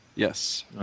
Yes